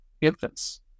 infants